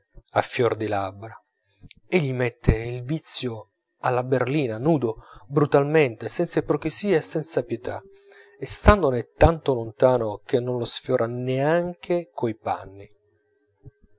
o care a fior di labbra egli mette il vizio alla berlina nudo brutalmente senza ipocrisia e senza pietà e standone tanto lontano che non lo sfiora neanche coi panni